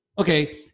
Okay